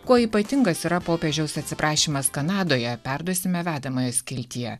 kuo ypatingas yra popiežiaus atsiprašymas kanadoje perduosime vedamojoskiltyje